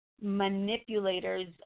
manipulators